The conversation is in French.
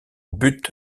but